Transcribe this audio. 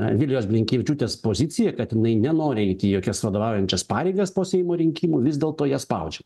vilijos blinkevičiūtės poziciją kad jinai nenori eiti į jokias vadovaujančias pareigas po seimo rinkimų vis dėlto ją spaudžia